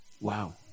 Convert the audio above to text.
Wow